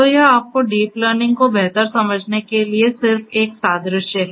तो यह आपको डीप लर्निंग को बेहतर समझने के लिए सिर्फ एक सादृश्य है